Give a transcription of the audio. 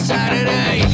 Saturday